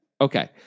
Okay